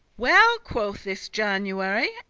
well, quoth this january,